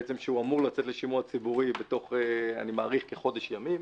שאמור לצאת לשימוע ציבורי בתוך אני מעריך כחודש ימים.